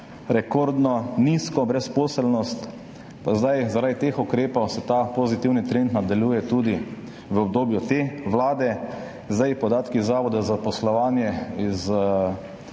rekordno nizko brezposelnost, pa se zdaj zaradi teh ukrepov ta pozitivni trend nadaljuje tudi v obdobju te vlade. Podatki Zavoda za zaposlovanje,